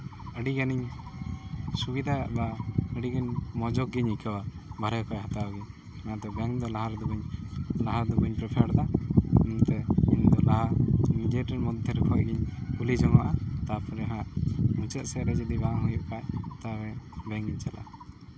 ᱟᱹᱰᱤ ᱜᱟᱱᱤᱧ ᱥᱩᱵᱤᱫᱷᱟ ᱵᱟ ᱟᱹᱰᱤᱜᱟᱱ ᱢᱚᱡᱚᱜ ᱜᱤᱧ ᱟᱹᱭᱠᱟᱹᱣᱟ ᱵᱟᱦᱨᱮ ᱠᱷᱚᱡ ᱦᱟᱛᱟᱣ ᱜᱮ ᱚᱱᱟᱛᱮ ᱵᱮᱝᱠ ᱫᱚ ᱞᱟᱦᱟ ᱨᱮᱫᱚ ᱵᱟᱹᱧ ᱞᱟᱦᱟ ᱨᱮᱫᱚ ᱵᱟᱹᱧ ᱯᱨᱤᱯᱷᱟᱨ ᱫᱟ ᱚᱱᱟᱛᱮ ᱠᱤᱱᱛᱩ ᱞᱟᱦᱟ ᱱᱤᱡᱮᱴᱷᱮᱱ ᱢᱚᱫᱽᱫᱷᱮ ᱠᱷᱚᱡ ᱜᱮ ᱛᱟᱨᱯᱚᱨᱮ ᱦᱟᱸᱜ ᱢᱩᱪᱟᱹᱫ ᱥᱮᱜ ᱨᱮ ᱡᱩᱫᱤ ᱵᱟᱝ ᱦᱩᱭᱩᱜ ᱠᱷᱟᱡ ᱛᱟᱦᱞᱮ ᱵᱮᱝᱠ ᱤᱧ ᱪᱟᱞᱟᱜᱼᱟ